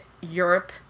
Europe